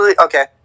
Okay